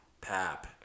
Pap